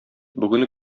бүген